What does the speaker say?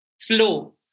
flow